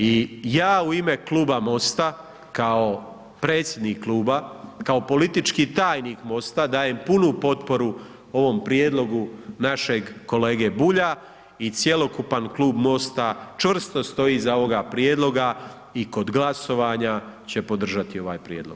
I ja u ima Kluba MOST-a, kao predsjednik kluba, kao politički tajnik MOST-a dajem punu potporu ovom prijedlogu našeg kolege Bulja i cjelokupan Klub MOST-a čvrsto stoji iza ovoga prijedloga i kod glasovanja će podržati ovaj prijedlog.